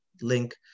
link